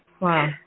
Wow